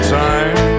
time